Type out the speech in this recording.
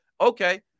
Okay